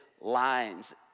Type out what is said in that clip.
lines